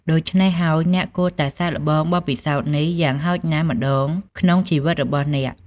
ដូច្នេះហើយ អ្នកគួរតែសាកល្បងបទពិសោធន៍នេះយ៉ាងហោចណាស់ម្តងក្នុងជីវិតរបស់អ្នក។